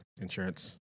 insurance